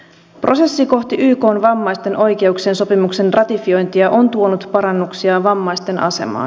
prosessi kohti ykn vammaisten oikeuksien sopimuksen ratifiointia on tuonut parannuksia vammaisten asemaan